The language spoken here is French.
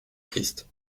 christ